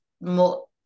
more